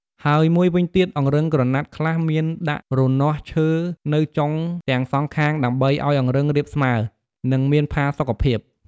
ហើយមួយវិញទៀត អង្រឹងក្រណាត់ខ្លះមានដាក់រនាស់ឈើនៅចុងទាំងសងខាងដើម្បីឲ្យអង្រឹងរាបស្មើ និងមានផាសុកភាព។